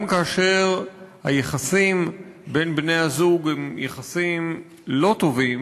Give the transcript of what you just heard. גם כאשר היחסים בין בני-הזוג הם יחסים לא טובים,